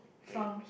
wait